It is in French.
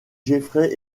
jeffrey